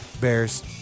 Bears